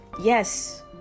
Yes